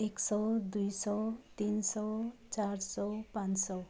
एक सय दुई सय तिन सय चार सय पाँच सय